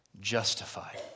justified